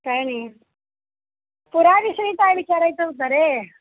काय नाही पुराविषयी काय विचारायचं होतं रे